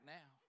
now